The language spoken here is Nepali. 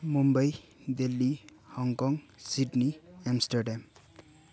Mumbai Delhi Hong Kong Sydney Amsterdam